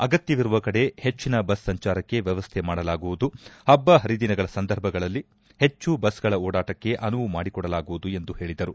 ಅಗತ್ತವಿರುವ ಕಡೆ ಹೆಜ್ಜಿನ ಬಸ್ ಸಂಚಾರಕ್ಕೆ ವ್ಯವಸ್ಥೆ ಮಾಡಲಾಗುವುದು ಹಬ್ಬ ಪರಿದಿನಗಳ ಸಂದರ್ಭದಲ್ಲಿ ಹೆಜ್ಜು ಬಸ್ಗಳ ಓಡಾಟಕ್ಕೆ ಅನುವು ಮಾಡಿಕೊಡಲಾಗುವುದು ಎಂದು ಹೇಳಿದರು